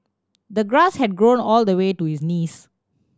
the grass had grown all the way to his knees